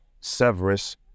Severus